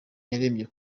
yarembye